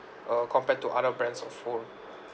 uh compared to other brands of phone